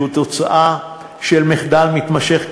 שהוא תוצאה של מחדל מתמשך,